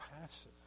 passive